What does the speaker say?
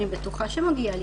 אני בטוחה שמגיע לי,